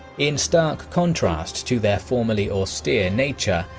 in stark contrast to their formerly austere nature,